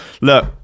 look